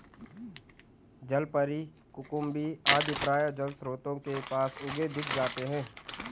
जलपरी, कुकुम्भी आदि प्रायः जलस्रोतों के पास उगे दिख जाते हैं